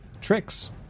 Tricks